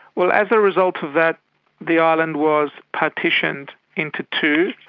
well, as a result of that the island was partitioned into two,